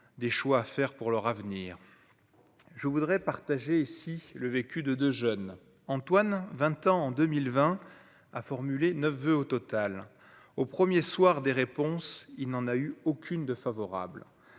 des choix à faire pour leur avenir, je voudrais partager si le vécu de de jeunes Antoine 20 ans en 2020 à formuler, 9 au total, au 1er soir des réponses, il n'en a eu aucune de favorable,